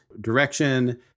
direction